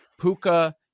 Puka